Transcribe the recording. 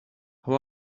how